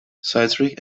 citric